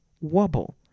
wobble